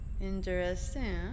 Interesting